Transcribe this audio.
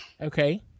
Okay